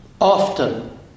often